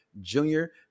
Junior